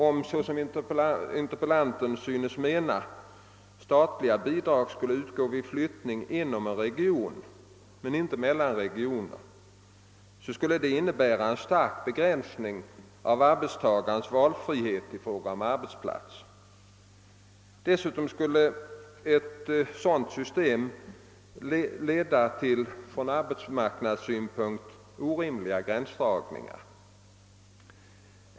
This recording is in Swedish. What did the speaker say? Om — såsom interpellanten synes mena — statliga bidrag skulle utgå vid flyttning inom en region men inte mellan regioner skulle detta innebära en stark begränsning av arbetstagarnas valfrihet i fråga om arbetsplats. Dessutom skulle ett sådant system leda till från arbetsmarknadssynpunkt orimliga gränsdragning ar.